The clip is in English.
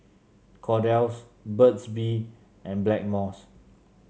Kordel's Burt's Bee and Blackmores